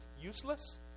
useless